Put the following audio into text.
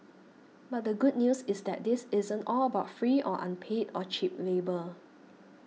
but the good news is that this isn't all about free or unpaid or cheap labour